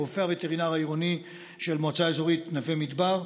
הרופא הווטרינר העירוני של מועצה אזורית נווה מדבר,